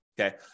Okay